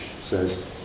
says